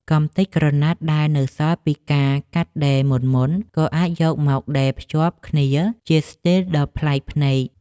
កម្ទេចក្រណាត់ដែលនៅសល់ពីការកាត់ដេរមុនៗ ក៏អាចយកមកដេរភ្ជាប់គ្នាជាស្ទីលដ៏ប្លែកភ្នែក។